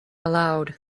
aloud